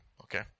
okay